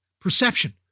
perception